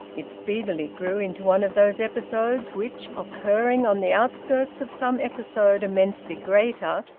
it speedily grew into one of those episodes which, occurring on the outskirts of some episode immensely greater,